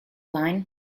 line